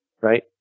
Right